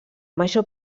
major